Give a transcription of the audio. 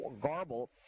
garble